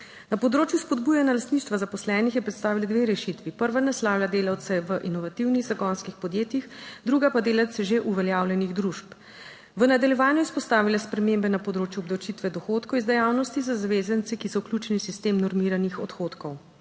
Na področju spodbujanja lastništva zaposlenih je predstavila dve rešitvi, prva naslavlja delavce v inovativnih zagonskih podjetjih, druga pa delavce že uveljavljenih družb. V nadaljevanju je izpostavila spremembe na področju obdavčitve dohodkov iz dejavnosti za zavezance, ki so vključeni v sistem normiranih odhodkov.